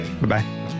Bye-bye